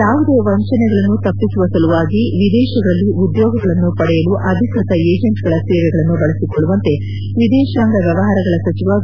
ಯಾವುದೇ ವಂಚನೆಗಳನ್ನು ತಪ್ಪಿಸುವ ಸಲುವಾಗಿ ವಿದೇಶಗಳಲ್ಲಿ ಉದ್ಯೋಗಗಳನ್ನು ಪಡೆಯಲು ಅಧಿಕೃತ ಏಜೆಂಟ್ಗಳ ಸೇವೆಗಳನ್ನು ಬಳಸಿಕೊಳ್ಳುವಂತೆ ವಿದೇಶಾಂಗ ವ್ಲವಹಾರಗಳ ಸಚಿವ ವಿ